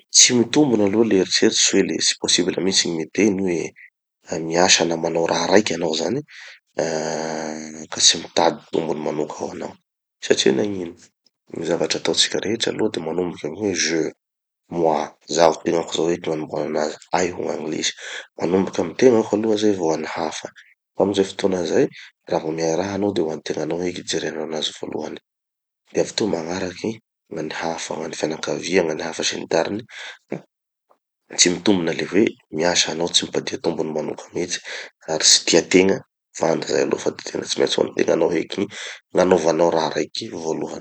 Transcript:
Tsy mitombona aloha le eritseritsy hoe le tsy possible mihitsy gny miteny hoe miasa na manao raha raiky hanao zany ah ka tsy mitady tombony manoka ho anao. Satria nagnino? Gny zavatra ataotsika rehetra aloha de manomboka amy hoe 'je' 'moi' 'zaho' tegnako zao heky gn'anombohan'anazy, 'I' ho gn'anglisy. Manomboky amy tegnako aloha zay vo any hafa. Amy ze fotoana zay, raha vo miahy raha hanao de hoan'ny tegnanao heky ijereanao anazy voalohany. De avy teo magnaraky gn'an'ny hafa, gn'an'ny fianakavia, gn'an'ny hafa sy ny tariny, ka tsy mitombina le hoe miasa hanao tsy mitadia tombony manoka mihitsy ary tsy tia tegna. Vandy zay aloha fa de tena tsy maintsy ho an'ny tegnanao heky gn'anovanao raha raiky voalohany.